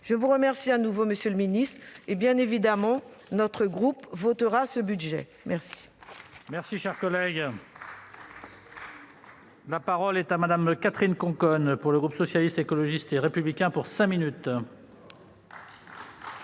Je vous remercie de nouveau, monsieur le ministre. Et bien évidemment, notre groupe votera ce budget. La